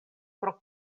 pro